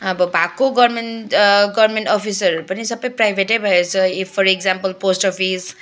अब भएको government government office पनि सबै प्राइभेटै भएको छ इफ फर एक्जाम्पल पोस्ट अपिस